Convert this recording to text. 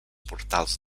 portals